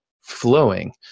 flowing